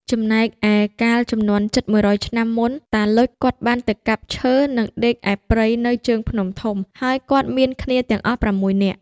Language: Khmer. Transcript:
ចំំណែកឯកាលជំនាន់ជិត១០០ឆ្នាំមុន តាឡុចគាត់បានទៅកាប់ឈើ និងដេកឯព្រៃនៅជើងភ្នំធំ ហើយគាត់មានគ្នាទាំងអស់៦នាក់ ។